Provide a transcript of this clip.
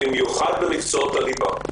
במיוחד במקצועות הליבה.